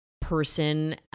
person